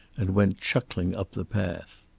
and went chuckling up the path.